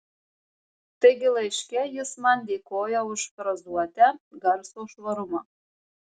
taigi laiške jis man dėkoja už frazuotę garso švarumą